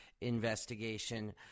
investigation